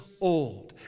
old